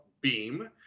Beam